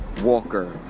Walker